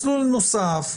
מסלול נוסף,